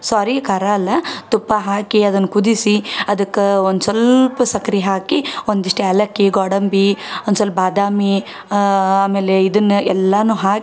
ಸಾರಿ ಖಾರ ಅಲ್ಲ ತುಪ್ಪ ಹಾಕಿ ಅದನ್ನ ಕುದಿಸಿ ಅದಕ್ಕೆ ಒಂದು ಸ್ವಲ್ಪ ಸಕ್ರೆ ಹಾಕಿ ಒಂದಿಷ್ಟು ಏಲಕ್ಕಿ ಗೋಡಂಬಿ ಒಂದು ಸ್ವಲ್ಪ ಬಾದಾಮಿ ಆಮೇಲೆ ಇದನ್ನು ಎಲ್ಲನೂ ಹಾಕಿ